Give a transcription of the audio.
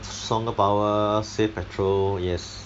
stronger power save petrol yes